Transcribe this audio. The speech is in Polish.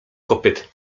kopyt